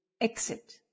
Exit